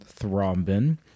thrombin